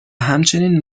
همچنین